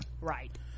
right